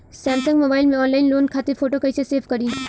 Samsung mobile में online loan खातिर photo कैसे सेभ करीं?